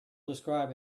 describe